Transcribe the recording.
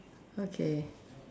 okay